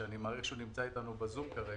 שאני מעריך שהוא נמצא אתנו בזום כרגע,